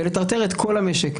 ולטרטר את כל המשק,